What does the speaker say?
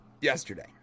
yesterday